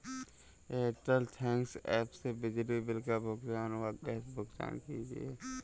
Airtel thanks app से बिजली bill का भुगतान व गैस भुगतान कीजिए